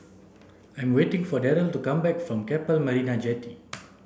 I'm waiting for Darold to come back from Keppel Marina Jetty